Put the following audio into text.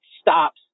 stops